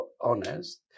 honest